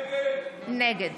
נגד